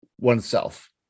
oneself